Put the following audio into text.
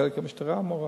חלק המשטרה אמורה,